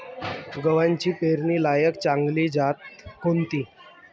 गव्हाची पेरनीलायक चांगली जात कोनची?